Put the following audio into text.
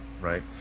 right